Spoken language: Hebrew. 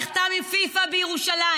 המשחק הזה, נחתם עם פיפ"א בירושלים.